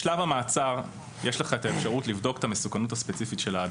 בשלב המעצר יש את האפשרות לבדוק את המסוכנות הספציפית של האדם.